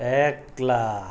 এক লাখ